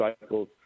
cycles